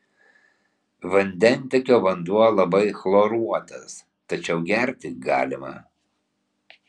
vandentiekio vanduo labai chloruotas tačiau gerti galima